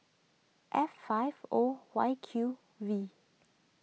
F five O Y Q V